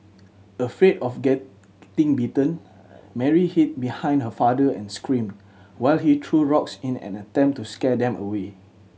afraid of getting bitten Mary hid behind her father and screamed while he threw rocks in an attempt to scare them away